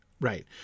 Right